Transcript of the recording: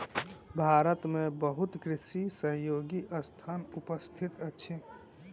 भारत में बहुत कृषि सहयोगी संस्थान उपस्थित अछि